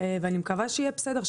ואני מקווה שיהיה בסדר,